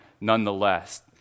nonetheless